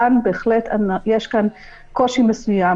יש כאן בהחלט קושי מסוים,